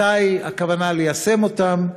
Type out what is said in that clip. מתי הכוונה ליישם אותן?